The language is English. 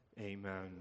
Amen